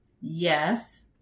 Yes